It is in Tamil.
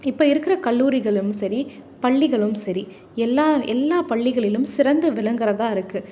இப்போ இருக்கிற கல்லூரிகளும் சரி பள்ளிகளும் சரி எல்லா எல்லா பள்ளிகளிலும் சிறந்து விளங்குகிறதா இருக்கு